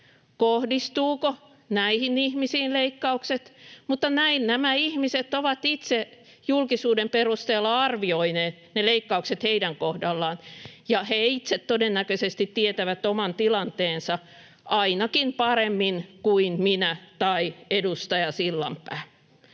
leikkaukset näihin ihmisiin, mutta näin nämä ihmiset ovat itse julkisuuden perusteella arvioineet ne leikkaukset heidän kohdallaan, ja he itse todennäköisesti tietävät oman tilanteensa ainakin paremmin kuin minä tai edustaja Sillanpää.